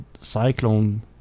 Cyclone